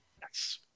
Yes